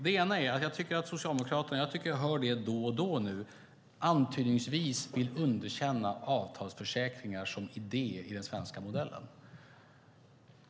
Det ena är - jag tycker att jag hör det då och då - är att Socialdemokraterna antydningsvis vill underkänna avtalsförsäkringar som idé i den svenska modellen.